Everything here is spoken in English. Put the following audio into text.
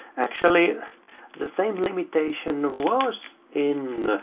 actually the same limitation was in